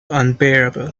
unbearable